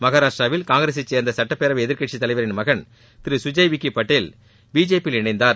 மகாராஷ்டிராவில் காங்கிரசை சேர்ந்த சட்டப் பேரவை எதிர்க்கட்சித் தலைவரின் மகன் திரு சுஜய் விக்கி பாட்டேல் பிஜேபியில் இணைந்தார்